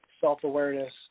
Self-Awareness